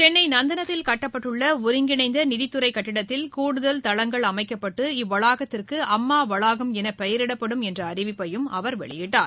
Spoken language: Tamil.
சென்னை நந்தனத்தில் கட்டப்பட்டுள்ள ஒருங்கிணைந்த நிதித்துறை கட்டடத்தில் கூடுதல் தளங்கள் அமைக்கப்பட்டு இவ்வளாகத்திற்கு அம்மா வளாகம் என பெயரிடப்படும் என்ற அறிவிப்பையும் அவர் வெளியிட்டார்